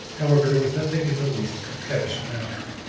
however, there was nothing in the least coquettish about her